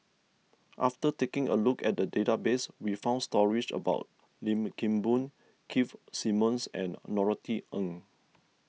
after taking a look at the database we found stories about Lim Kim Boon Keith Simmons and Norothy Ng